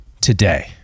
today